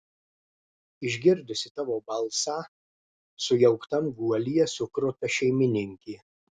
išgirdusi tavo balsą sujauktam guolyje sukruta šeimininkė